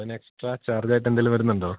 അതിനെക്സ്ട്രാ ചാർജായിട്ടെന്തേലും വരുന്നുണ്ടോ